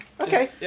okay